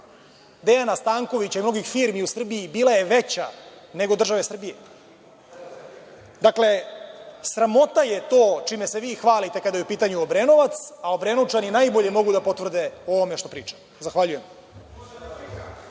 Dejana Stankovića i mnogih firmi u Srbiji bila je veća nego države Srbije. Dakle, sramota je to čime se vi hvalite kada je u pitanju Obrenovac, a Obrenovčani najbolje mogu da potvrde ovo što pričam. Zahvaljujem.(Marko